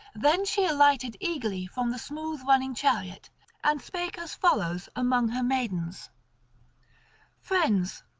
then she alighted eagerly from the smooth-running chariot and spake as follows among her maidens friends,